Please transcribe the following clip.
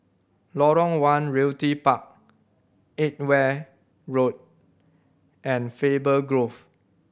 Lorong One Realty Park Edgware Road and Faber Grove